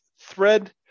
thread